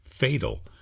fatal